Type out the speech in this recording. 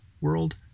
world